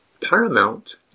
paramount